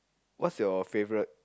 what's your favourite